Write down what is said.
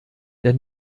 der